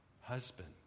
Husband